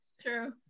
True